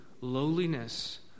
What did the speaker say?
lowliness